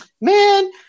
man